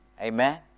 Amen